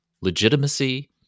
legitimacy